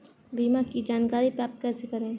बीमा की जानकारी प्राप्त कैसे करें?